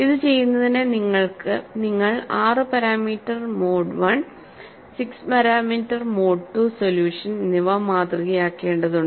ഇത് ചെയ്യുന്നതിന് നിങ്ങൾ 6 parameter mode I 6 parameter mode II solution എന്നിവ മാതൃകയാക്കേണ്ടതുണ്ട്